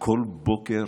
בכל בוקר